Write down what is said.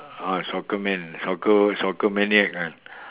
ah soccer man soccer soccer maniac ah